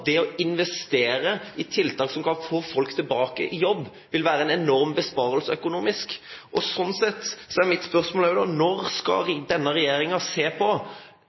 det å investere i tiltak som kan få folk tilbake i jobb, vil være en enorm besparelse økonomisk. Derfor er mitt spørsmål: Når skal denne regjeringen se på